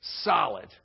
solid